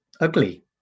ugly